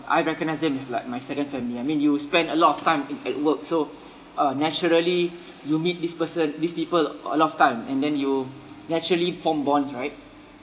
I recognise them as like my second family I mean you spend a lot of time at work so uh naturally you meet this person these people a lot of time and then you naturally form bonds right